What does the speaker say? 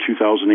2008